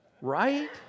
Right